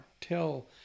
tell